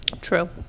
True